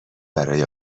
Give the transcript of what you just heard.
برای